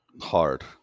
Hard